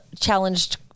challenged